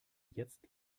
jetzt